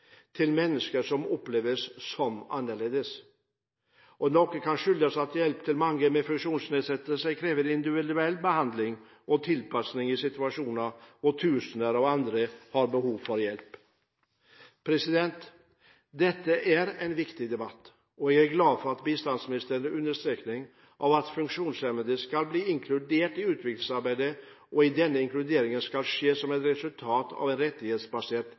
til mennesker som oppleves som annerledes, og noe kan skyldes at hjelp til mange med funksjonsnedsettelse krever individuell behandling og tilpassing i situasjoner hvor tusener av andre har behov for hjelp. Dette er en viktig debatt. Jeg er glad for utviklingsministerens understreking av at funksjonshemmede skal bli inkludert i utviklingsarbeidet, og at denne inkluderingen skal skje som et resultat av en rettighetsbasert